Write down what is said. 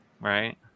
right